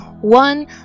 one